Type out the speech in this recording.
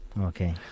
Okay